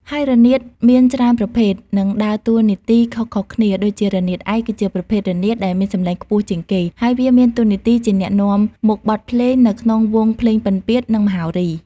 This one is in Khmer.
ហើយរនាតមានច្រើនប្រភេទ និងដើរតួនាទីខុសៗគ្នា ដួចជា រនាតឯក គឺជាប្រភេទរនាតដែលមានសំឡេងខ្ពស់ជាងគេ ហើយវាមានតួនាទីជាអ្នកនាំមុខបទភ្លេងនៅក្នុងវង់ភ្លេងពិណពាទ្យ និងមហោរី។